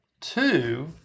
two